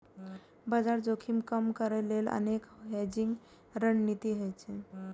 बाजार जोखिम कम करै लेल अनेक हेजिंग रणनीति होइ छै